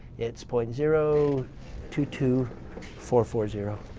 it's point zero two two four four zero.